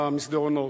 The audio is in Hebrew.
במסדרונות,